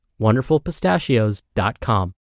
wonderfulpistachios.com